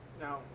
now